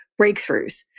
Breakthroughs